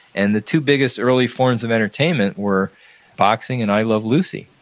and the two biggest early forms of entertainment were boxing and i love lucy,